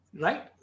Right